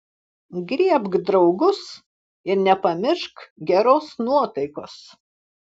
griebk draugus ir nepamiršk geros nuotaikos